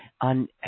on